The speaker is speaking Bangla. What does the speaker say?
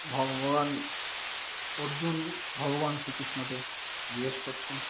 ভগবান অর্জুন ভগবান শ্রী কৃষ্ণকে জিজ্ঞেস করছেন